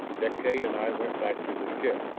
deklay and i went back to the ship